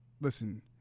listen